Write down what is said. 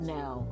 Now